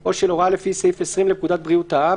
או של הוראה לפי סעיף 20 לפקודת בריאות העם,